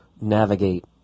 navigate